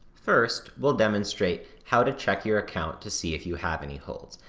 first, we'll demonstrate how to check your account to see if you have any holds,